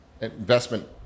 investment